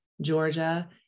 Georgia